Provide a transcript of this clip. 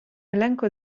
elenco